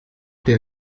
der